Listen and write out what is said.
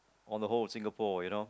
on a whole of Singapore you know